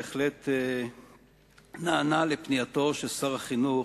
אני בהחלט נענה לפנייתו של שר החינוך,